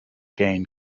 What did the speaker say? gain